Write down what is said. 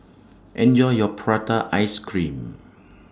Enjoy your Prata Ice Cream